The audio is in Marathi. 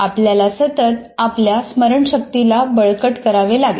आपल्याला सतत आपल्या स्मरणशक्तीला बळकट करावे लागेल